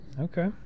Okay